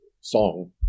song